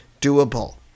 doable